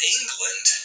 England